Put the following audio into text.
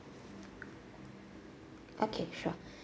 okay sure